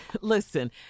Listen